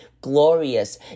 glorious